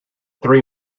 three